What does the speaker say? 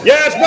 Yes